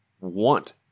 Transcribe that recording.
want